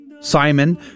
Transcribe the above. Simon